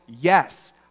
yes